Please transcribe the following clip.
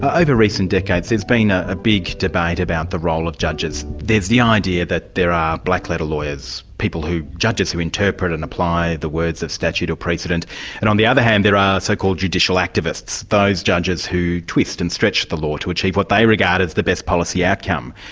over recent decades, there's been a big debate about the role of judges. there's the idea that there are black letter lawyers, judges who interpret and apply the words of statute or precedent and on the other hand there are so-called judicial activists, those judges who twist and stretch the law to achieve what they regard as the best policy outcome.